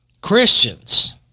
Christians